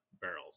barrels